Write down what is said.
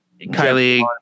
Kylie